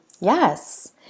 yes